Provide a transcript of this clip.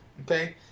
okay